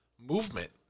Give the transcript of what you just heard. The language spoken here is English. movement